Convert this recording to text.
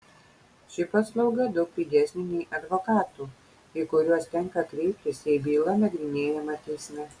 ši paslauga daug pigesnė nei advokatų į kuriuos tenka kreiptis jei byla nagrinėjama teisme